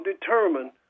determine